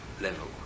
level